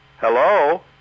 hello